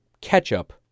ketchup